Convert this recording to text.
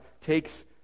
takes